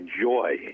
joy